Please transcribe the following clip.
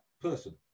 person